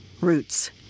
roots